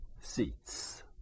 seats